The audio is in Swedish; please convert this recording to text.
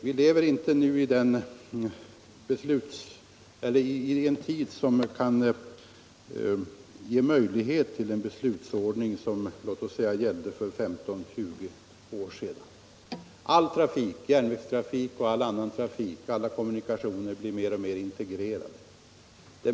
Vi lever inte längre i en tid där det är möjligt med samma beslutsordning som för låt oss säga 15-20 år sedan. All trafik — både järnvägstrafik och andra kommunikationer av olika slag — blir mer och mer integrerad.